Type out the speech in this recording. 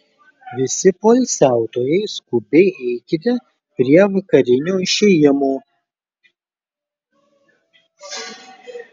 visi poilsiautojai skubiai eikite prie vakarinio išėjimo